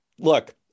look